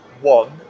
One